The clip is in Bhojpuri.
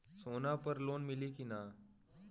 सोना पर लोन मिली की ना?